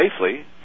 safely